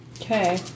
Okay